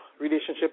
relationship